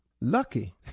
lucky